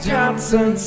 Johnson